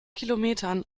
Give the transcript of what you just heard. kilometern